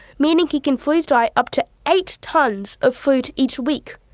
meaning he can freeze-dry up to eight tonnes of fruit each week.